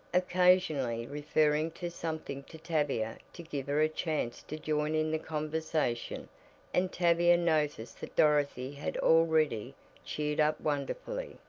occasionally referring to something to tavia to give her a chance to join in the conversation and tavia noticed that dorothy had already cheered up wonderfully.